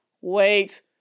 wait